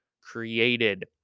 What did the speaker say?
created